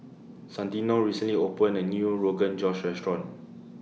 Santino recently opened A New Rogan Josh Restaurant